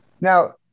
Now